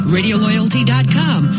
Radioloyalty.com